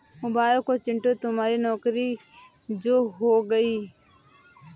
मुबारक हो चिंटू तुम्हारी नौकरी जो हो गई है